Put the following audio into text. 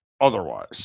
otherwise